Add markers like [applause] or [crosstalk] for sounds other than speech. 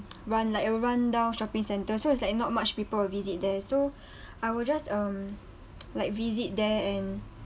run like a rundown shopping center so it's like not much people visit there so [breath] I will just um [noise] like visit there and